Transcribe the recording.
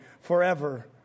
forever